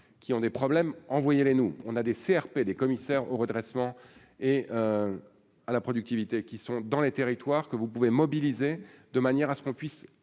qui ont des problèmes, envoyez-les nous, on a des CRP les commissaires au redressement et à la productivité, qui sont dans les territoires que vous pouvez mobiliser de manière à ce qu'on puisse